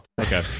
okay